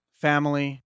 family